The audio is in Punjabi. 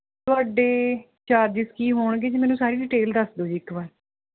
ਤੁਹਾਡੇ ਚਾਰਜਿੰਸ ਕੀ ਹੋਣਗੇ ਜੀ ਮੈਨੂੰ ਸਾਰੀ ਡੀਟੇਲ ਦੱਸਦੋ ਜੀ ਇੱਕ ਵਾਰ